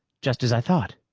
just as i thought.